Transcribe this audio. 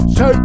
Two